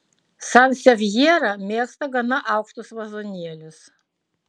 sansevjera mėgsta gana aukštus vazonėlius